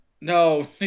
No